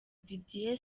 didier